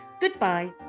Goodbye